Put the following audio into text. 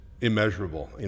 immeasurable